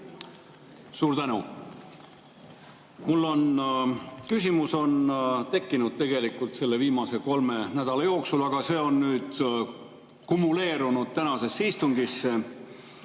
Suur tänu! Mul on küsimus tekkinud tegelikult viimase kolme nädala jooksul, aga see on nüüd kumuleerunud tänasel istungil.